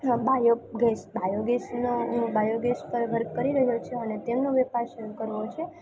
biogas બાયોગેસનો biogas પર work કરી રહ્યો છે અને તેમનો વેપાર શરૂ કરવો છે